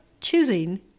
choosing